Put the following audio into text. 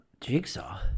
Jigsaw